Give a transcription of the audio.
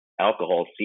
alcohol